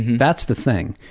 that's the thing.